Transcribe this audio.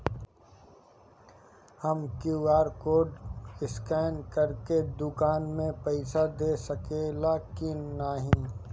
हम QR code scan करके दुकान में पईसा दे सकेला की नाहीं?